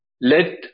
let